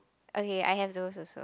okay I have those also